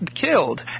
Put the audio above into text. killed